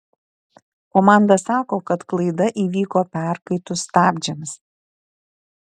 komanda sako kad klaida įvyko perkaitus stabdžiams